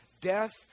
death